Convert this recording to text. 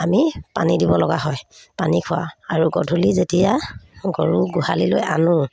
আমি পানী দিব লগা হয় পানী খোৱা আৰু গধূলি যেতিয়া গৰু গোহালিলৈ আনো